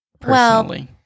personally